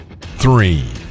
three